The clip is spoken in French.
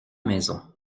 maison